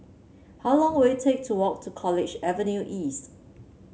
how long will it take to walk to College Avenue East